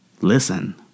listen